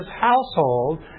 household